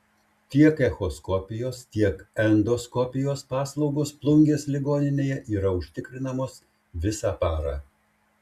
tiek echoskopijos tiek endoskopijos paslaugos plungės ligoninėje yra užtikrinamos visą parą